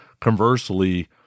Conversely